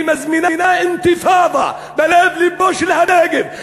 היא מזמינה אינתיפאדה בלב לבו של הנגב.